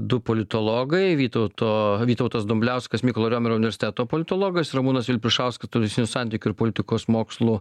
du politologai vytauto vytautas dumbliauskas mykolo riomerio universiteto politologas ramūnas vilpišauskas turistinių santykių ir politikos mokslų